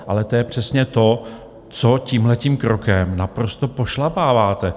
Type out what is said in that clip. Ale to je přesně to, co tímto krokem naprosto pošlapáváte.